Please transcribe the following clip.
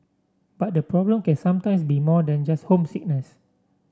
but the problem can sometimes be more than just homesickness